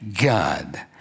God